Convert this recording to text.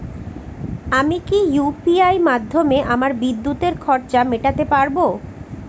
আমি কি ইউ.পি.আই মাধ্যমে আমার বিদ্যুতের খরচা মেটাতে পারব?